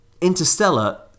Interstellar